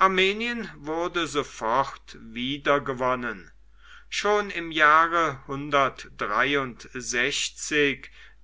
armenien wurde sofort wieder gewonnen schon im jahre